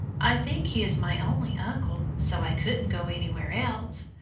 i think he is my only uncle, so i couldn't go anywhere else.